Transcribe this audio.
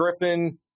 Griffin